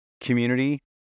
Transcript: community